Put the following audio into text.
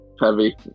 Heavy